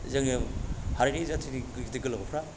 जोंनि हारिनि जाथिनि गिदिर गोलावफ्रा